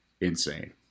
insane